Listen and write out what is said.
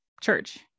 church